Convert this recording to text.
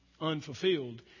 unfulfilled